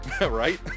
Right